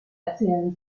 erzählen